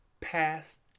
past